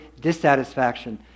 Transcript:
dissatisfaction